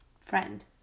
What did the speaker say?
friend